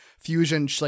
Fusion